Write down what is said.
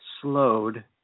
slowed